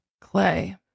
clay